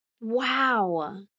Wow